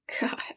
God